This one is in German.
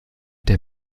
der